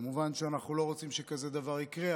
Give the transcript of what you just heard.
כמובן שאנחנו לא רוצים שכזה דבר יקרה,